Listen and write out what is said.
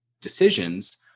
decisions